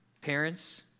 parents